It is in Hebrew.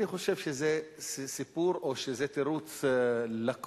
אני חושב שזה סיפור או תירוץ לקוני,